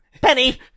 Penny